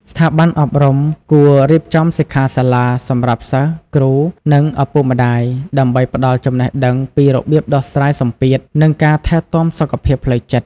ស្ថាប័នអប់រំគួរ រៀបចំសិក្ខាសាលា សម្រាប់សិស្ស គ្រូ និងឪពុកម្ដាយ ដើម្បីផ្តល់ចំណេះដឹងពីរបៀបដោះស្រាយសម្ពាធ និងការថែទាំសុខភាពផ្លូវចិត្ត។